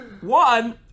One